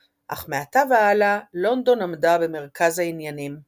אך מעתה והלאה, לונדון עמדה במרכז העניינים –